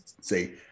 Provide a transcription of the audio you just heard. say